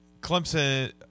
Clemson